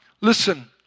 Listen